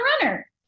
runner